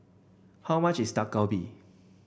how much is Dak Galbi